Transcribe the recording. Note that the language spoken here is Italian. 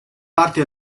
parte